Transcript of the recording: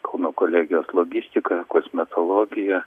kauno kolegijos logistika kosmetologija